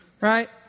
Right